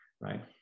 right